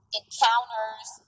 encounters